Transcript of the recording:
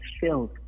filled